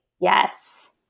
Yes